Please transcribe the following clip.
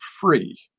free